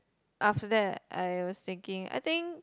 after that I was thinking I think